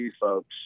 folks